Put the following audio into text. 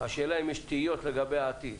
השאלה אם יש תהיות לגבי העתיד.